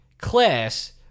class